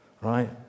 Right